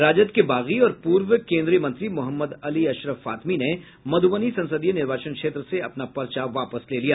राजद के बागी और पूर्व केन्द्रीय मंत्री मोहम्मद अली अशरफ फातमी ने मध्रबनी संसदीय निर्वाचन क्षेत्र से अपना पर्चा वापस ले लिया